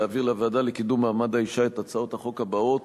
להעביר לוועדה לקידום מעמד האשה את הצעות החוק הבאות: